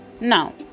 now